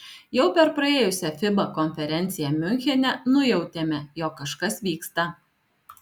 jau per praėjusią fiba konferenciją miunchene nujautėme jog kažkas vyksta